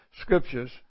scriptures